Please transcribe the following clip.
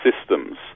systems